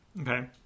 Okay